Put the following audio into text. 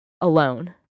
alone